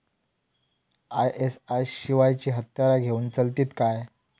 ISI शिवायची हत्यारा घेऊन चलतीत काय?